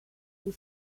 and